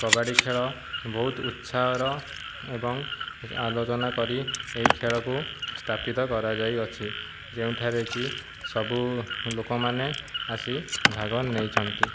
କବାଡ଼ି ଖେଳ ବହୁତ ଉତ୍ସାହର ଏବଂ ଆଲୋଚନା କରି ଏହି ଖେଳକୁ ସ୍ଥାପିତ କରାଯାଇଅଛି ଯେଉଁଠାରେକି ସବୁ ଲୋକମାନେ ଆସି ଭାଗ ନେଇଛନ୍ତି